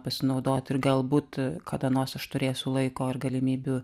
pasinaudot ir galbūt kada nors aš turėsiu laiko ir galimybių